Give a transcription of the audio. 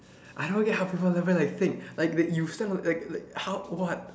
I don't get how people never like think like like you stand like like how what